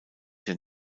der